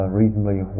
reasonably